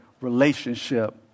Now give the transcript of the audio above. relationship